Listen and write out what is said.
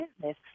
business